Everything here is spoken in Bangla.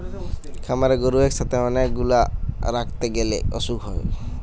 খামারে গরু একসাথে অনেক গুলা রাখতে গ্যালে অসুখ হয়